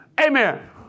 Amen